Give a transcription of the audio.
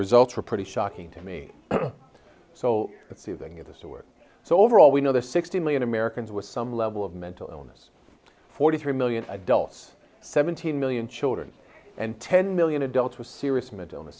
results were pretty shocking to me so let's see them get us to work so overall we know the sixty million americans with some level of mental illness forty three million adults seventeen million children and ten million adults with serious mental illness